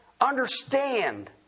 understand